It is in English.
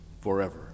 forever